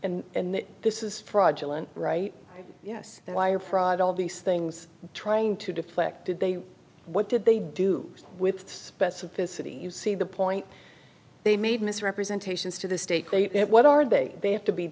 and this is fraudulent right yes the wire fraud all these things trying to deflect did they what did they do with specificity you see the point they made misrepresentations to the state what are they they have to be